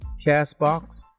CastBox